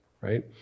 right